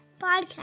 Podcast